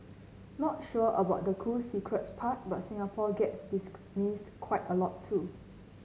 not sure about the cool secrets part but Singapore gets dismissed quite a lot too